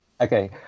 okay